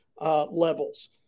levels